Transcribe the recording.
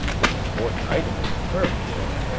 is an important item in the term bill,